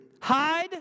Hide